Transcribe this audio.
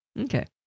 Okay